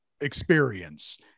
experience